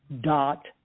dot